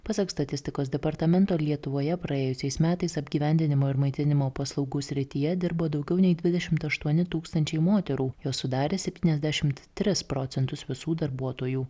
pasak statistikos departamento lietuvoje praėjusiais metais apgyvendinimo ir maitinimo paslaugų srityje dirbo daugiau nei dvidešimt aštuonis tūkstančiai moterų jos sudarė septyniasdešimt tris procentus visų darbuotojų